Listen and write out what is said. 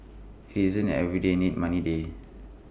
IT is an everyday need money day